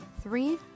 three